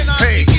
hey